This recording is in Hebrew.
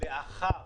שלאחר